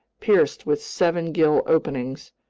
pierced with seven gill openings,